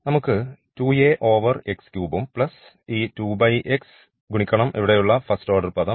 നമുക്ക് ഉം പ്ലസ് ഈ 2x ഗുണിക്കണം ഇവിടെയുള്ള ഫസ്റ്റ് ഓർഡർ പദം